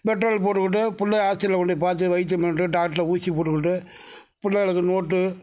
petrol போட்டுக்கிட்டு புள்ளையை ஆஸ்பத்திரியில் கொண்டு பார்த்து வைத்தியம் பண்ணிட்டு டாக்டர்கிட்ட ஊசி போட்டுக்கிட்டு புள்ளைகளுக்கு நோட்டு